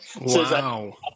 Wow